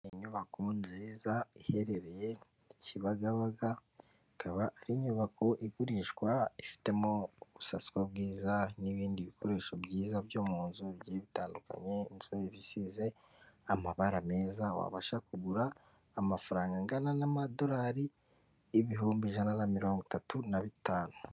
Inyubako nziza iherereye Kibagabaga ikaba ari inyubako igurishwa ifitemo ubusaswa bwiza n'ibindi bikoresho byiza byo mu nzu bitandukanye, inzu isize amabara meza wabasha kugura amafaranga angana n'amadorari ibihumbi ijana na mirongo itatu na bitanu.